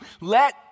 let